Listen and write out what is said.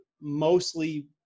mostly